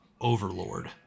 Overlord